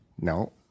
No